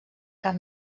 cap